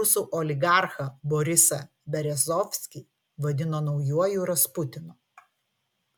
rusų oligarchą borisą berezovskį vadino naujuoju rasputinu